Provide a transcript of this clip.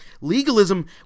Legalism